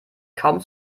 kaum